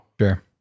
Sure